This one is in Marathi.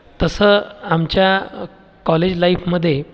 तसं आमच्या कॉलेज लाईफमध्ये